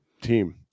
team